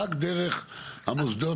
רק דרך המוסדות.